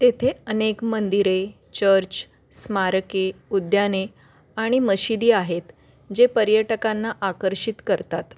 तेथे अनेक मंदिरे चर्च स्मारके उद्याने आणि मशिदी आहेत जे पर्यटकांना आकर्षित करतात